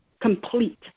complete